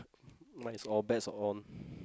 mine is all bets are on